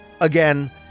again